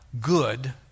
good